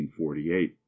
1948